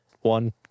one